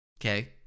Okay